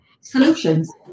solutions